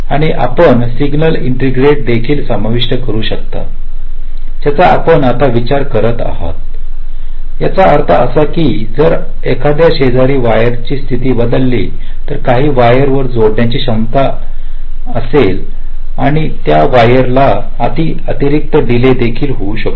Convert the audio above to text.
आणि आपण signal integrated देखील समाविष्ट करू शकता ज्याचा आपण आत्ता विचार करीत आहोत ज्याचा अर्थ असा आहे की जर एखाद्या शेजारच्या वायरची स्थिती बदलली तर काही वायरवर जोडण्याची क्षमता असेल आणि त्या वायरला काही अतिरिक्त डीले देखील होऊ शकतात